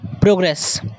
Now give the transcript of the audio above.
Progress